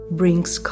brings